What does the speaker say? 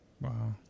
Wow